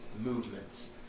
movements